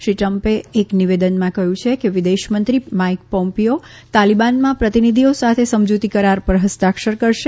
શ્રી ટ્રમ્પે એક નિવેદનમાં કહયું છે કે વિદેશ મંત્રી માઇક પોમ્પીઓ તાલીબાનમાં પ્રતીનિધિઓ સાથે સમજુતી કરાર પર ફસ્તાક્ષર કરશે